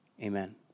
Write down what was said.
amen